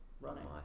running